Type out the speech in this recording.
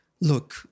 look